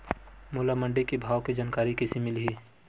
मोला मंडी के भाव के जानकारी कइसे मिलही?